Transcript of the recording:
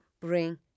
bring